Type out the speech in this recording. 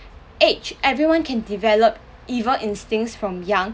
age everyone can develop evil instincts from young